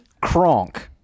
Kronk